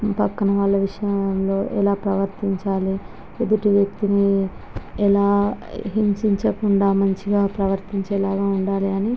పక్కన వాళ్ళ విషయంలో ఎలా ప్రవర్తించాలి ఎదుట వ్యక్తిని ఎలా హింసించకుండా మంచిగా ప్రవర్తించేలాగా ఉండాలి అని